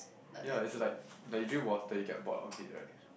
ya is a like like you drink water you get bored of it right